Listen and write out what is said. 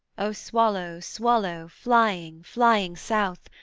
o swallow, swallow, flying, flying south,